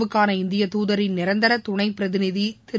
வுக்கான இந்திய துதின் நிரந்தர துணை பிரதிநிதி திரு